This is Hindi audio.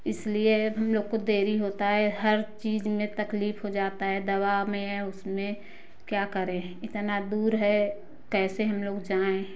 इसलिए अब हम लोग को देरी होता है हर चीज़ में तकलीफ़ हो जाता है दवा में उसमें क्या करे इतना दूर है कैसे हम लोग जाएँ